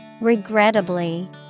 Regrettably